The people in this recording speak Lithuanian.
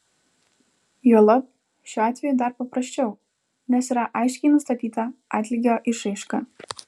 juolab šiuo atveju dar paprasčiau nes yra aiškiai nustatyta atlygio išraiška